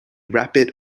rapid